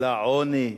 לעוני?